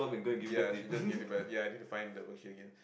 ya should just give it back ya need to find the worksheet again